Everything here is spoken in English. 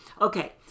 Okay